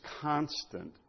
constant